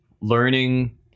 learning